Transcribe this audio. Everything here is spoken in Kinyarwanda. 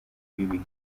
bibi